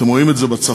אתם רואים את זה בצפון,